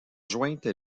jointes